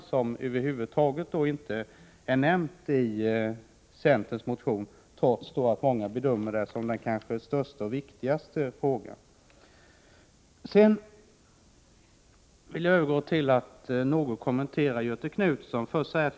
Detta är över huvud taget inte nämnt i centerns motion, trots att man bedömer detta med inhemsk naturgas som den kanske största och viktigaste frågan. Sedan vill jag övergå till att något kommentera Göthe Knutsons anförande.